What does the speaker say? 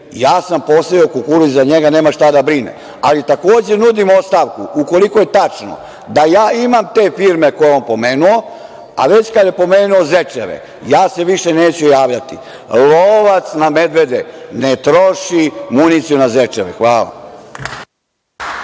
ja sam posejao kukuruz za njega, nema šta da brine. Ali, takođe nudim ostavku, ukoliko je tačno da ja imam te forme koje je on pomenuo. A već kada je pomenuo zečeve, ja se više neću javljati. Lovac na medvede ne troši municiju na zečeve. Hvala.